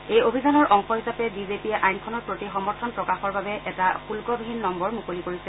এই অভিযানৰ অংশ হিচাপে বিজেপিয়ে আইনখনৰ প্ৰতি সমৰ্থন প্ৰকাশৰ বাবে এটা শুদ্ধবিহীন নম্বৰ মুকলি কৰিছে